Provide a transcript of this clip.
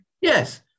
Yes